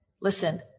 listen